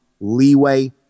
Leeway